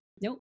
Nope